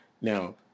Now